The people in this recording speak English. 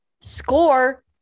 Score